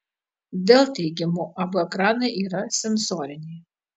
dell teigimu abu ekranai yra sensoriniai